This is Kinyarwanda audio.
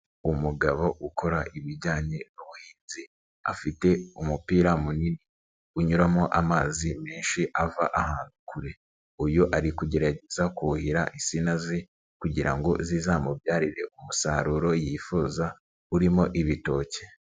Umugabo ukora ibijyanye n'ubuhinzi afite umupira munini unyuramo amazi menshi ava ahantu kure, uyu ari kugerageza kuhira insina ze kugira ngo zizamubyarire umusaruro yifuza urimo ibitoke.